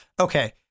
Okay